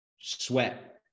sweat